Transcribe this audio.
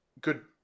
good